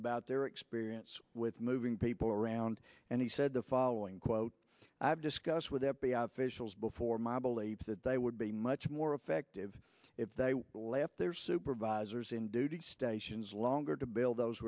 about their experience with moving people around and he said the following quote i've discussed with f b i officials before my belief that they would be much more effective if they left their supervisors in duty stations longer to build those